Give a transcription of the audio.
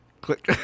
click